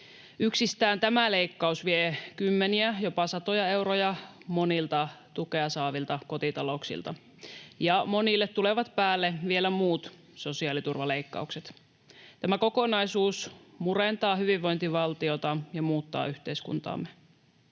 Yksistään tämä leikkaus vie kymmeniä, jopa satoja euroja monilta tukea saavilta kotitalouksilta, ja monille tulevat päälle vielä muut sosiaaliturvaleikkaukset. Tämä kokonaisuus murentaa hyvinvointivaltiota ja muuttaa yhteiskuntaamme.